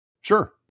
Sure